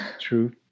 true